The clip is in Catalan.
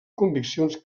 conviccions